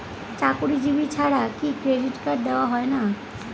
চাকুরীজীবি ছাড়া কি ক্রেডিট কার্ড দেওয়া হয় না?